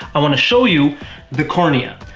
i want to show you the cornea.